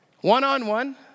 one-on-one